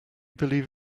believe